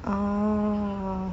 orh